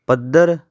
ਪੱਧਰ